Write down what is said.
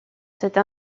cette